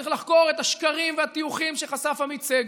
צריך לחקור את השקרים והטיוחים שחשף עמית סגל,